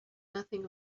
nothing